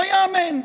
לא ייאמן.